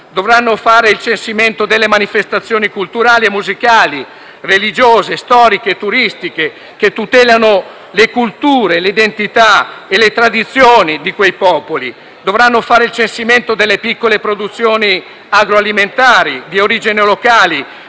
Dovranno fare il censimento delle manifestazioni culturali, musicali, religiose, storiche e turistiche, che tutelano le culture, le identità e le tradizioni di quei popoli. Dovranno fare il censimento delle piccole produzioni agroalimentari di origine locale,